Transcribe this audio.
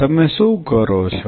તમે શું કરો છો